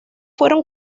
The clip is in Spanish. fueron